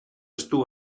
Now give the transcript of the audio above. estu